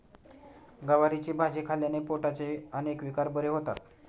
गवारीची भाजी खाल्ल्याने पोटाचे अनेक विकार बरे होतात